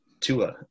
Tua